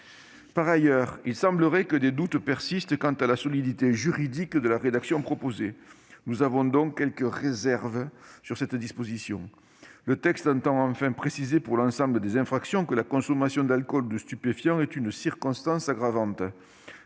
Par ailleurs, il semblerait que des doutes persistent quant à la solidité juridique de la rédaction proposée. Cette disposition nous inspire donc quelques réserves. Enfin, le texte entend préciser pour l'ensemble des infractions que la consommation d'alcool ou de stupéfiants est une circonstance aggravante.